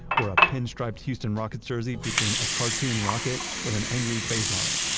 or a pinstriped houston rockets jersey featuring a cartoon rocket with an angry face on it!